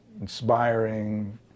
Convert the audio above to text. inspiring